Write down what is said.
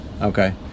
Okay